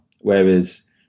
Whereas